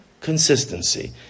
consistency